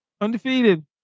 Undefeated